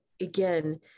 Again